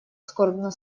скорбно